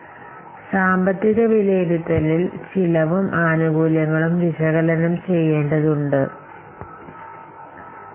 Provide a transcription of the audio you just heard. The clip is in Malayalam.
അപ്പോൾ ഇത് സാമ്പത്തിക വിലയിരുത്തലാണോ സാമ്പത്തിക വിലയിരുത്തലിൽ ചെലവും ആനുകൂല്യങ്ങളും വിശകലനം ചെയ്യേണ്ടത് നമ്മൾ ചെയ്യേണ്ടതുണ്ട്